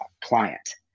client